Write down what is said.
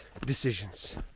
decisions